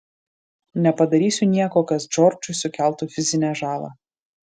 nepadarysiu nieko kas džordžui sukeltų fizinę žalą